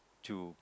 to